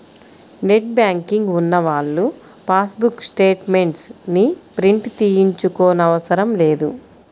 net banking ఉన్నవాళ్ళు passbook statements ని print తీయించుకోనవసరం లేదు